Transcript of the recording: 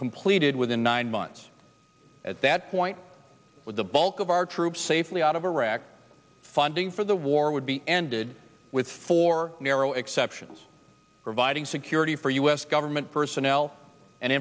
completed within nine months at that point with the bulk of our troops safely out of iraq funding for the war would be ended with four narrow exceptions providing security for u s government personnel and